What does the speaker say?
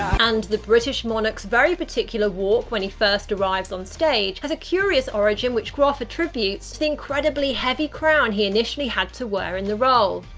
and the british monarch's very particular walk when he first arrives on stage has a curious origin which groff attributes to the incredibly heavy crown he initially had to wear in the role.